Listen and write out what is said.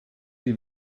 die